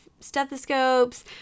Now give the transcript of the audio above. stethoscopes